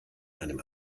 einem